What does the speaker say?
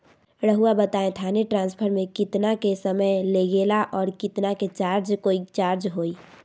रहुआ बताएं थाने ट्रांसफर में कितना के समय लेगेला और कितना के चार्ज कोई चार्ज होई?